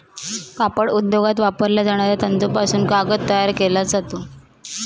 कापड उद्योगात वापरल्या जाणाऱ्या तंतूपासून कागद तयार केला जातो